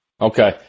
Okay